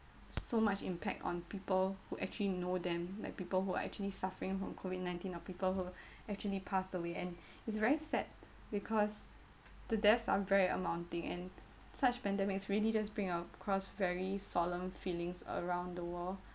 so much impact on people who actually know them like people who are actually suffering from COVID nineteen or people who actually pass away and its very sad because the deaths are very amounting and such pandemics really just bring across very solemn feelings around the world